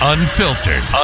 Unfiltered